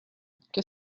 qu’est